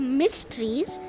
mysteries